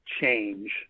change